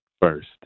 first